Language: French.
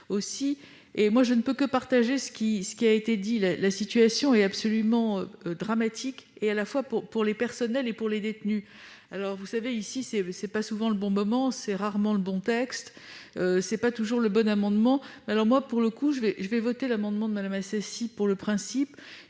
Je ne peux que partager ce qui vient d'être dit : la situation est absolument dramatique à la fois pour les personnels et pour les détenus. Ici, ce n'est pas souvent le bon moment, c'est rarement le bon texte, ce n'est pas toujours le bon amendement, mais, pour le coup, je vais voter l'amendement présenté par Mme Assassi, pour le principe.